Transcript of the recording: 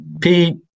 Pete